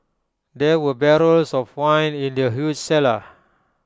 there were barrels of wine in the huge cellar